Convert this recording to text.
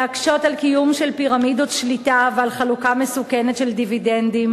להקשות על קיום של פירמידות שליטה ועל חלוקה מסוכנת של דיבידנדים,